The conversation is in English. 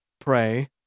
pray